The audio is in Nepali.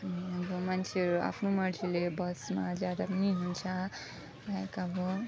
अब मान्छेहरू आफ्नो मर्जीले बसमा जाँदा पनि हुन्छ लाइक अब